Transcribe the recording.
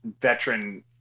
veteran